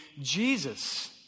Jesus